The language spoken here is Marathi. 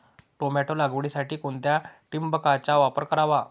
टोमॅटो लागवडीसाठी कोणत्या ठिबकचा वापर करावा?